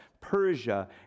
Persia